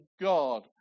God